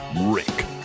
Rick